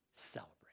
celebrate